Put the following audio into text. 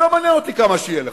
לא מעניין אותי כמה יהיה לך.